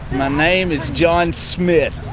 my name is john smith.